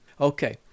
Okay